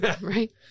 Right